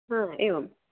हा एवं